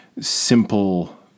simple